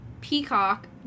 Peacock